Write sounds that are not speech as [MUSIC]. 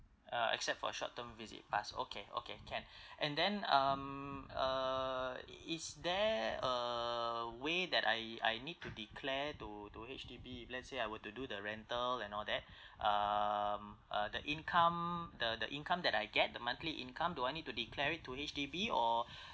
uh except for short term visit pass okay okay can [BREATH] and then um uh is there a way that I I need to declare to to H_D_B if let's say I were to do the rental and all that [BREATH] um uh the income the the income that I get the monthly income do I need to declare it to H_D_B or [BREATH]